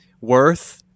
worth